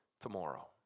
tomorrow